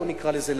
בואו נקרא לזה,